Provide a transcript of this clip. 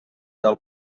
del